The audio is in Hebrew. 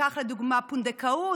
ניקח לדוגמה פונדקאות,